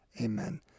Amen